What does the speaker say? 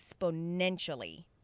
exponentially